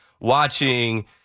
watching